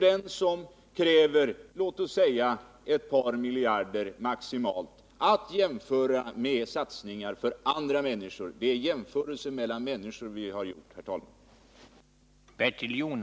Det krävs låt oss säga maximalt ett par miljarder, och detta skall jämföras med satsningar för andra människor. Det är jämförelser mellan människor i arbete vi har gjort, herr talman!